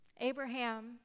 Abraham